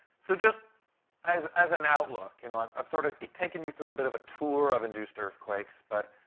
so just as as an outlook, you know, i've sort of taken you through a bit of a tour of induced earthquakes. but,